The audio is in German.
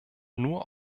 nur